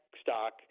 stock